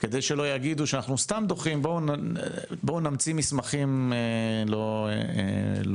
שלא יגידו שאנחנו סתם דוחים אז נמציא מסמכים לא רלוונטיים,